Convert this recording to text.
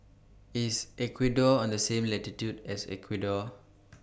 IS Ecuador on The same latitude as Ecuador